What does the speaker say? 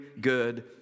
good